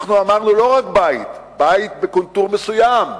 אנחנו אמרנו: לא רק בית, בית בקונטור מסוים,